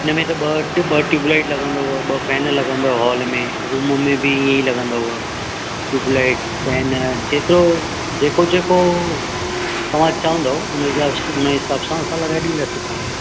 हिन में त ॿ ट्यूब ॿ ट्यूबलाइट लॻंदव ॿ फ़ैन लॻंदव हॉल में रूम में बि हीअं ई लॻंदव ट्यूबलाइट फ़ैन जेको जेको जेको तव्हां चवंदव हुन हुन हिसाबु सां असां लॻाए ॾिंदासीं तव्हांखे